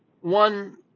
one